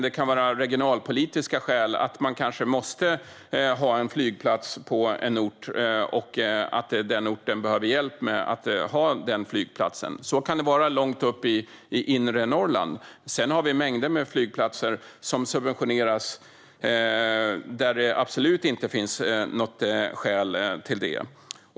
Det kan vara regionalpolitiska skäl, till exempel att man måste ha en flygplats på en viss ort och att man behöver hjälp för att kunna ha den flygplatsen. Så kan det vara långt uppe i inre Norrland. Sedan har vi mängder med subventionerade flygplatser där det absolut inte finns något skäl till det.